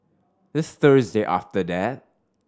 the Thursday after that